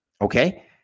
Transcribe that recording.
okay